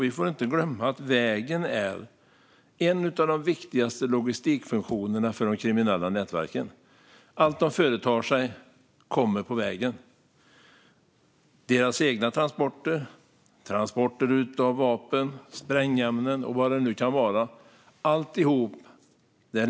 Vi får inte glömma att vägen är en av de viktigaste logistikfunktionerna för de kriminella nätverken. Allt de företar sig sker på vägen - deras egna transporter, transporter av vapen, sprängämnen och så vidare.